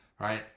right